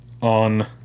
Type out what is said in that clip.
on